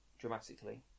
dramatically